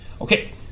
Okay